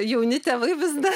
jauni tėvai vis dar